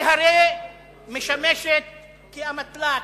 מפלגת העבודה, הרי היא משמשת כאמתלה,